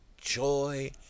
joy